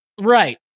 Right